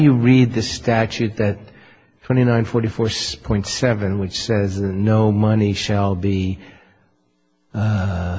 you read the statute that twenty nine for the force point seven which says no money shall be u